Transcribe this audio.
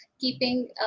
keeping